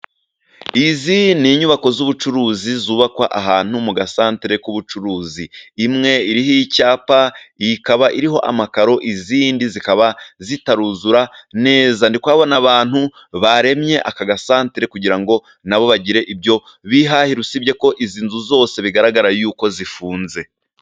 izi ni inyubako z'ubucuruzi, zubakwa ahantu mu gasantere k'ubucuruzi, imwe iriho icyapa ikaba iriho amakaro, izindi zikaba zitaruzura neza, ndikuhabona n'abantu baremye aka gasantere, kugira ngo nabo bagire ibyo bihahira, usibye ko izi nzu zose bigaragara yuko zifunze.